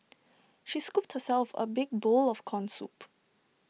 she scooped herself A big bowl of Corn Soup